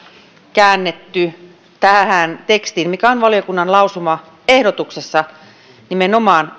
käännetty tähän tekstiin mikä on valiokunnan lausumaehdotuksessa nimenomaan